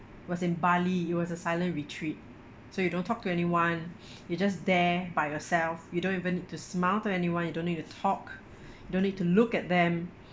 was in bali it was a silent retreat so you don't talk to anyone you're just there by yourself you don't even to smile to anyone you don't need to talk don't need to look at them